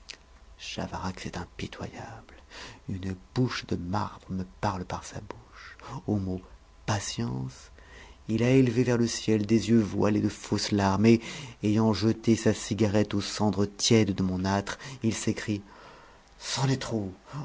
chavarax est impitoyable une bouche de marbre me parle par sa bouche au mot patience il a élevé vers le ciel des yeux voilés de fausses et ayant jeté sa cigarette aux cendres tièdes de mon âtre il s'écrie c'en est trop